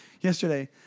yesterday